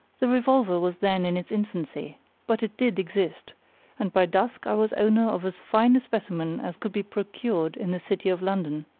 the revolver was then in its infancy but it did exist and by dusk i was owner of as fine a specimen as could be procured in the city of london.